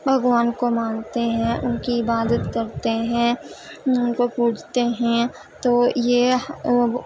بھگوان کو مانتے ہیں ان کی عبادت کرتے ہیں ان کو پوجتے ہیں تو یہ وہ